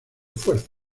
fuerzas